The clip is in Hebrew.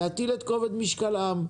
להטיל את כובד משקלם.